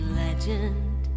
legend